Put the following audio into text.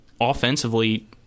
offensively